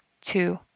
two